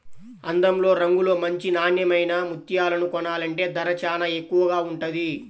అందంలో, రంగులో మంచి నాన్నెమైన ముత్యాలను కొనాలంటే ధర చానా ఎక్కువగా ఉంటది